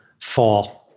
Fall